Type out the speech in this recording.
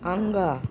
आँगा